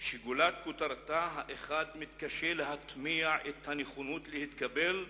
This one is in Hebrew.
כשהאחד מתקשה להטמיע את הנכונות להתקבל,